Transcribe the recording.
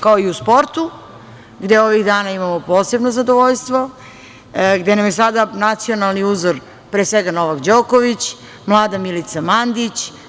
kao i u sportu gde ovih dana imamo posebno zadovoljstvo, gde su nam sada nacionalni uzori Novak Đoković, mlada Milica Mandić.